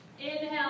Inhale